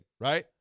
right